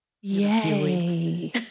Yay